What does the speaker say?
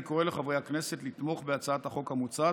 אני קורא לחברי הכנסת לתמוך בהצעת החוק המוצעת,